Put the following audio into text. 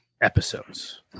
episodes